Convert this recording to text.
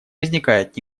возникает